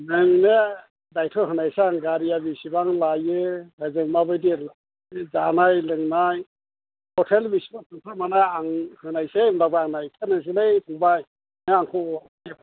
नोंनो दायथ' होनोसै आं गारिया बेसेबां लायो जाय जाय माबायदि लायो जानाय लोंनाय टटेल बेसेबां थांथार मारनाय आं होनोसै होमबाबो आं नायथारनोसैलै फंबाइ नों आंखौ